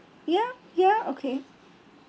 ya ya okay